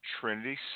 Trinity